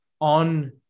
on